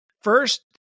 First